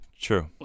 True